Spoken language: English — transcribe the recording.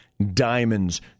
diamonds